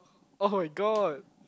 [oh]-my-god